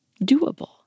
doable